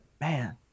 man